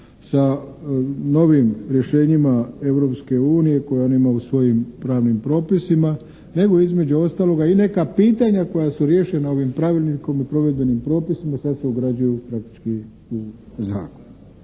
sa novim rješenjima Europske unije koje on ima u svojim pravnim propisima nego između ostaloga i neka pitanja koja su riješena ovim pravilnikom i provedbenim propisima sad se ugrađuju praktički u zakon.